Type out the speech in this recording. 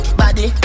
body